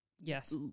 yes